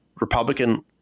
Republican